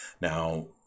Now